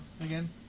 again